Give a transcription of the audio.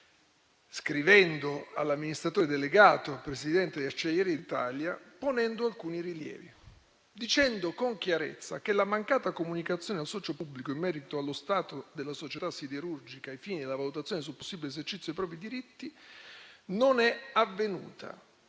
scrivendo all'amministratore delegato, presidente di Acciaierie d'Italia, ponendo con chiarezza alcuni rilievi, dicendo che la mancata comunicazione al socio pubblico in merito allo stato della società siderurgica ai fini della valutazione sul possibile esercizio dei propri diritti non è avvenuta.